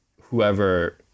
whoever